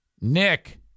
Nick